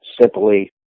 simply